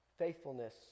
Faithfulness